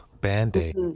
Band-Aid